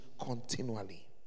continually